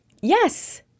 yes